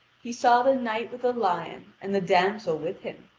he saw the knight with the lion and the damsel with him.